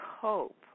cope